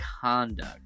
conduct